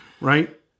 right